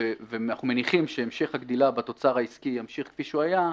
ואנחנו מניחים שהמשך הגדילה בתוצר העסקי ימשיך כפי שהוא היה,